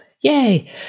yay